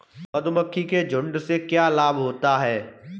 मधुमक्खी के झुंड से क्या लाभ होता है?